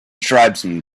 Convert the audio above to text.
tribesman